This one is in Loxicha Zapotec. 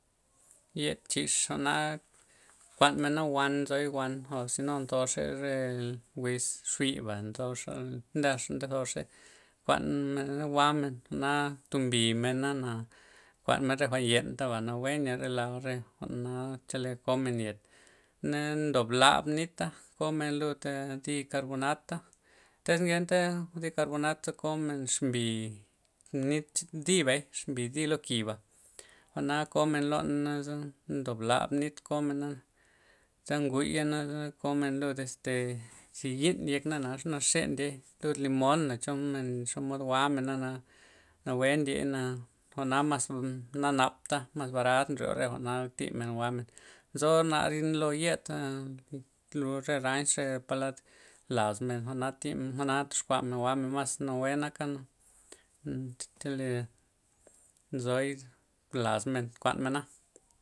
Yed chi'x jwa'na kuan mena' wan nzoy', wan ozyno ntoxey re wiz xbiba', ntoxey nda xa' nde zoxey, kuan men na jwa'men. na tombimen' na' kuan men re jwa'n ta yentaba'. nawe nya re laa ree jwa'na chele komen yet, na ndob labla' nita' komen lud di karbonata' tez ngenta' di karbonat za komen xbi nit, dibey xbi di' lo kiba', jwa'na komen loney za' ndob lab nit komen na' za nguya' na komen lud este zi yin yek na za nxe ndiey lud limon na, choo men xomod jwa'mena' na nawe' ndiey na, jwa'na mas na napta' mas barad nryo re jwa'na thimen jwa'men, nzo lo yed. lo re ranch re palad las men, jwa'na thimen, jwa'na toxkua men jwa'men mas nawe naka' chele' nzoy las men kuan mena'.